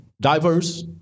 Diverse